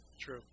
True